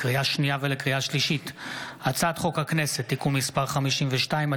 לקריאה שנייה ולקריאה שלישית: הצעת חוק הכנסת (תיקון מס' 52),